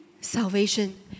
salvation